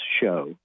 show